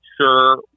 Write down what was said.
sure